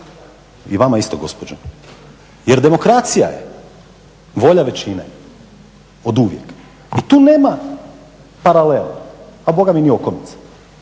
I vama isto gospođo. Jer demokracija je volja većine oduvijek i tu nema paralele a bogami ni okomice.